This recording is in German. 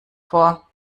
vor